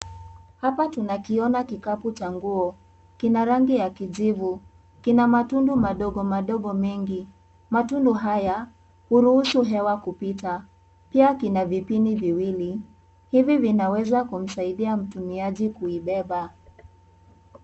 Hapa tunakiona kikapu cha nguo, kina rangi ya kijivu, kina matundu madogo madogo mengi, matundu haya huruhusu hewa kupita, pia kuna vipini viwili, hivi vinaweza kumsaiida mtumiaji kuibeba.